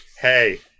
Hey